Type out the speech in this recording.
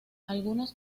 algunos